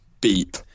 beep